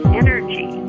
energy